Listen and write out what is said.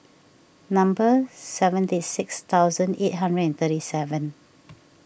number seventy six thousand eight hundred and thirty seven